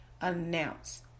announce